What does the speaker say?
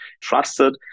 trusted